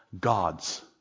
gods